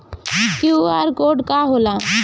QR code का होला?